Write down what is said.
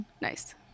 Nice